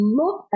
look